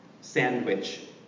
sandwich